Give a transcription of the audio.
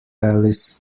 alice